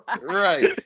Right